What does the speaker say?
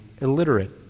illiterate